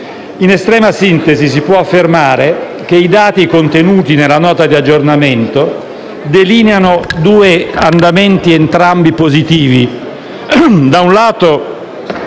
In estrema sintesi, si può affermare che i dati contenuti nella Nota di aggiornamento delineano due andamenti entrambi positivi: